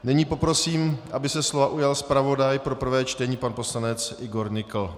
Nyní poprosím, aby se slova ujal zpravodaj pro prvé čtení pan poslanec Igor Nykl.